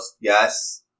Yes